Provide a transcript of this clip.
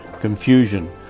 confusion